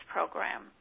Program